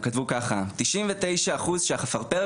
הם כתבו ככה: "תשעים ותשע אחוז שהחפרפרת